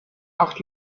acht